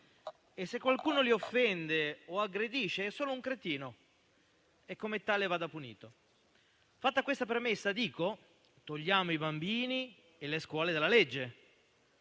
E se qualcuno le offende o aggredisce, è solo un cretino e come tale va punito. Fatta questa premessa, dico: togliamo i bambini e le scuole dalla legge.